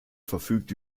verfügt